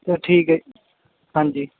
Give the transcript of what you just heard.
ਠੀਕ ਹੈ ਜੀ ਹਾਂਜੀ